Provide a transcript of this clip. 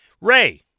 Ray